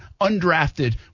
undrafted